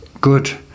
good